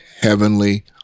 heavenly